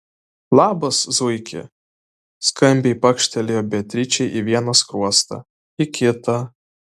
labas zuiki skambiai pakštelėjo beatričei į vieną skruostą į kitą